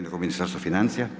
Ministarstvu financija?